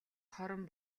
хором